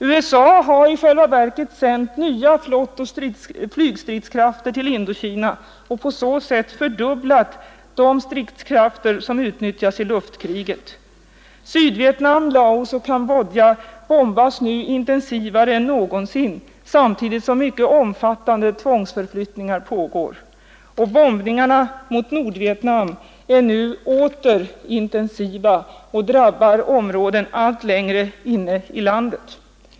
USA har i själva verket sänt nya flottoch flygstridskrafter till Indokina och på så sätt fördubblat de stridskrafter som utnyttjas i luftkriget. Sydvietnam, Laos och Cambodja bombas nu intensivare än någonsin samtidigt som mycket omfattande tvångsförflyttningar pågår. Bombningarna mot Nordvietnam är nu åter intensiva och drabbar områden allt längre inne i landet.